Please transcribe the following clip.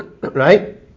Right